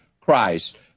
Christ